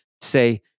say